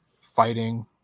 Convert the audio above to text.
fighting